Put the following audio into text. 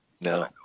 No